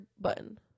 button